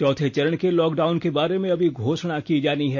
चौथे चरण के लॉकडाउन के बारे में अभी घोषणा की जानी है